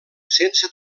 sense